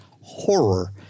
horror